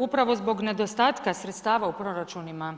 Upravo zbog nedostatka sredstava u proračunima